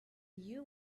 you